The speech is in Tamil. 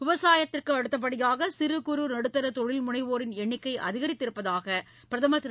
விவசாயத்திற்கு அடுத்தபடியாக சிறு குறு நடுத்தர தொழில் முனைவோரின் எண்ணிக்கை அதிகரித்திருப்பதாக பிரதமர் திரு